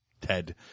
Ted